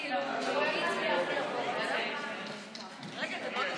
התשפ"ב 2021, לוועדה שתקבע ועדת הכנסת נתקבלה.